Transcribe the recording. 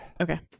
Okay